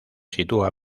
sitúa